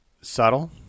subtle